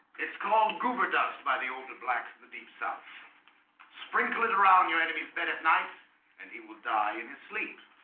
it's called goober dust by the older blacks of the deep south sprinkle it around your enemies bed at night and he will die in his sleep